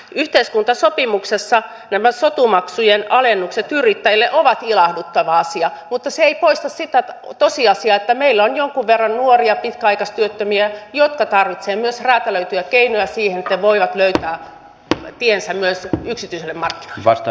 yhteiskuntasopimuksessa nämä sotu maksujen alennukset yrittäjille ovat ilahduttava asia mutta se ei poista sitä tosiasiaa että meillä on jonkun verran nuoria pitkäaikaistyöttömiä jotka tarvitsevat myös räätälöityjä keinoja siihen että he voivat löytää tiensä myös yksityisille markkinoille